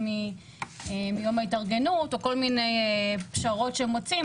מיום ההתארגנות או כל מיני פשרות שמוצאים,